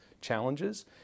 challenges